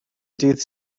dydd